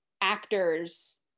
actors